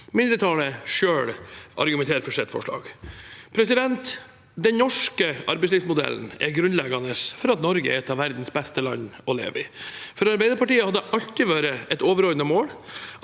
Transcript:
mindretallet selv argumenterer for sitt forslag. Den norske arbeidslivsmodellen er grunnleggende for at Norge er et av verdens beste land å leve i. For Arbeiderpartiet har det alltid vært et overordnet mål